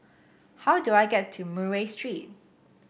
how do I get to Murray Street